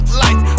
life